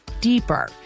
deeper